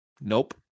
Nope